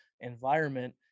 environment